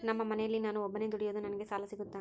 ನಮ್ಮ ಮನೆಯಲ್ಲಿ ನಾನು ಒಬ್ಬನೇ ದುಡಿಯೋದು ನನಗೆ ಸಾಲ ಸಿಗುತ್ತಾ?